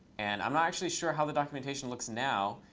and i'm not actually sure how the documentation looks now.